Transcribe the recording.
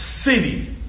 city